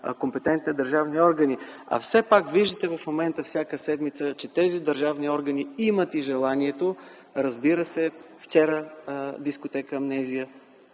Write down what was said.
компетентните държавни органи. Все пак виждате в момента, всяка седмица, че тези държавни органи имат и желанието – от вчера дискотека „Амнезия”